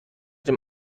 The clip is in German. dem